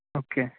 okay